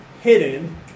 hidden